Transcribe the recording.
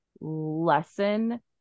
lesson